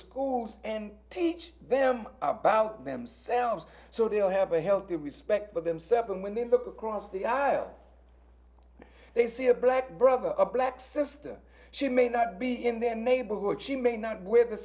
schools and teach them about themselves so they'll have a healthy respect for them seven when they look across the aisle they see a black brother a black sister she may not be in their neighborhood she may not wear the